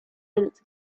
minutes